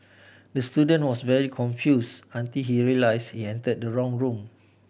the student was very confuse until he realised entered the wrong room